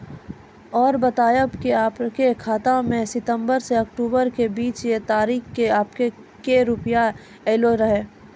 और बतायब के आपके खाते मे सितंबर से अक्टूबर के बीज ये तारीख के आपके के रुपिया येलो रहे?